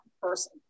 person